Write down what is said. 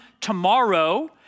Tomorrow